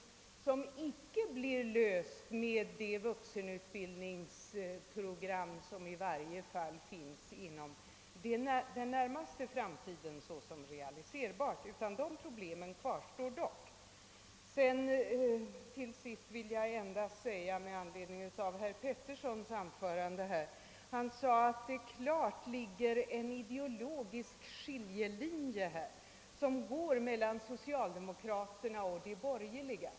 Problemen med dessa skillnader kommer inte heller att kunna lösas med det vuxenutbildningsprogram som är realiserbart inom den närmaste framtiden. Problemen kvarstår alltjämt. Till sist vill jag kommentera uppgiften i herr Petterssons i Lund anförande att det föreligger en klar ideologisk skiljelinje i den här frågan mellan socialdemokraterna och de borgerliga.